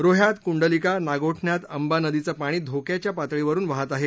रोद्यात कुंडलिका नागोठण्यात अंबा नदीचं पाणी धोक्याच्या पातळीवरून वहात आहे